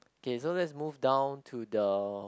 K so let's move down to the